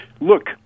look